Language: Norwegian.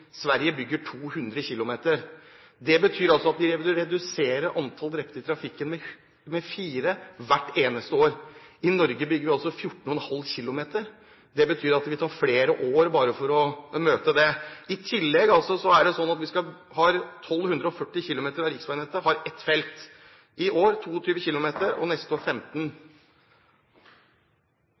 Sverige bygger 200 km. Det betyr altså at de vil redusere antallet drepte i trafikken med fire hvert eneste år. I Norge bygger vi altså 14,5 km. Det betyr at det vil ta flere år bare å møte det. I tillegg har 1 240 km av riksveinettet ett felt – i år 22 km og neste år 15